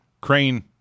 Crane